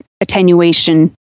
attenuation